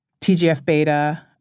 TGF-beta